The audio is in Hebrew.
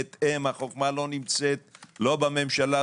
החכמה לא נמצאת לא בממשלה,